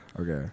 Okay